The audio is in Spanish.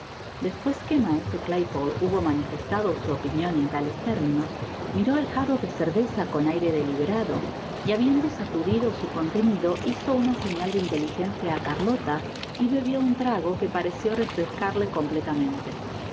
despues que maese claypole hubo manifestado su opinion en content from google book search generated at tales términos miró el jarro de cerveza con aire deliberado f habiendo sacudido su contenido hizo una sieñal de inteligencia á carlota y bebió un trago que pareció refrescarle completamente